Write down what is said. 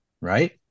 right